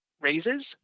raises